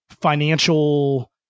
financial